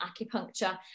acupuncture